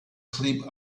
sleep